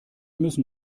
müssen